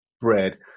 bread